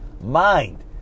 mind